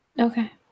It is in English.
Okay